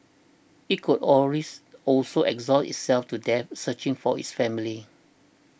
it could always also exhaust itself to death searching for its family